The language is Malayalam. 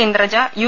ഇന്ദ്രജ യു